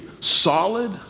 solid